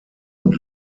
und